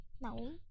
No